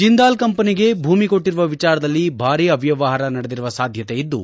ಜಿಂದಾಲ್ ಕಂಪನಿಗೆ ಭೂಮಿ ಕೊಟ್ಟರುವ ವಿಚಾರದಲ್ಲಿ ಭಾರಿ ಅವ್ಯವಹಾರ ನಡೆದಿರುವ ಸಾಧ್ಯತೆ ಇದ್ದು